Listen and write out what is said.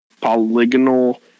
polygonal